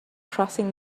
crossing